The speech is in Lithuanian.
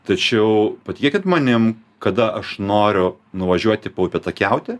tačiau patikėkit manim kada aš noriu nuvažiuoti paupėtakiauti